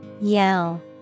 Yell